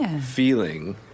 feeling